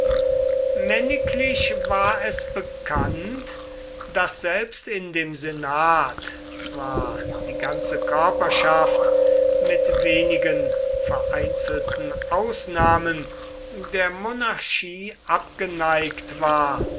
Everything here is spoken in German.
männiglich war es bekannt daß selbst in dem senat zwar die ganze körperschaft mit wenigen vereinzelten ausnahmen der monarchie abgeneigt war